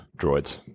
droids